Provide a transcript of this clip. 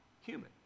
human